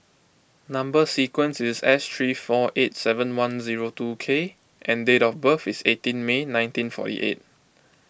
Number Sequence is S three four eight seven one zero two K and date of birth is eighteen May nineteen fourty eight